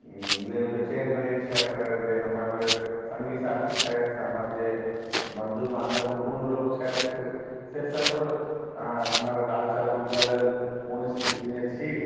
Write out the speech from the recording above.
लेल बेचैन रहै छथि तऽ जे हमर सङ्गी साथी छथि हमर जे बन्धु बान्धव कुटुम्ब लोक छथि से सभ हमर हाल चाल बुझै लेल कोन स्थितिमे छी